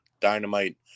dynamite